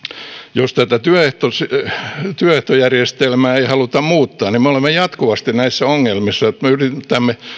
jos tätä työehtojärjestelmää ei haluta muuttaa niin me olemme jatkuvasti näissä ongelmissa että me yritämme